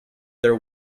their